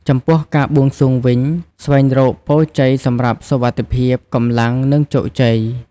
ចំពោះ ការបួងសួងវិញ ស្វែងរកពរជ័យសម្រាប់សុវត្ថិភាព កម្លាំង និងជោគជ័យ។